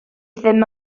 ddim